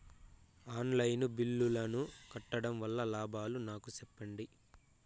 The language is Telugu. ఆన్ లైను బిల్లుల ను కట్టడం వల్ల లాభాలు నాకు సెప్పండి?